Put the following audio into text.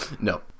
No